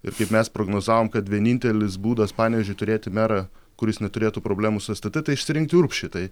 ir kaip mes prognozavom kad vienintelis būdas panevėžiui turėti merą kuris neturėtų problemų su stt tai išsirinkti urbšį tai